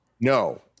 no